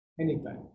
anytime